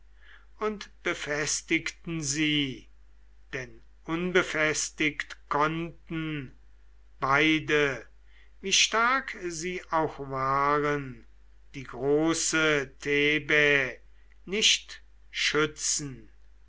und befestigten sie denn unbefestigt konnten beide wie stark sie auch waren die große thebai nicht schützen